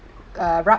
uh